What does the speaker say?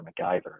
MacGyver